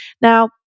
Now